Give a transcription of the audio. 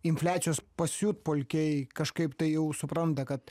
infliacijos pasiutpolkėj kažkaip tai jau supranta kad